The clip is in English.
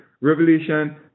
Revelation